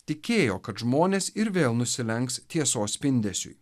tikėjo kad žmonės ir vėl nusilenks tiesos spindesiui